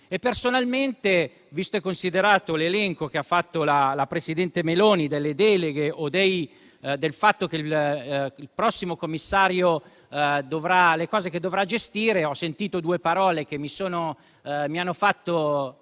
Personalmente, visto e considerato l'elenco che ha fatto la presidente Meloni delle deleghe o di quanto il prossimo Commissario dovrà gestire, ho sentito due parole che mi hanno fatto